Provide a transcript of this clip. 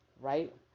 right